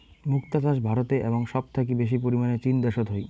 মুক্তা চাষ ভারতে এবং সব থাকি বেশি পরিমানে চীন দ্যাশোত হই